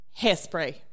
hairspray